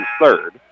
third